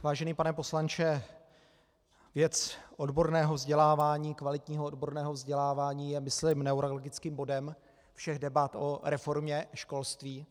Vážený pane poslanče, věc odborného vzdělávání, kvalitního odborného vzdělávání, je myslím neuralgickým bodem všech debat o reformě školství.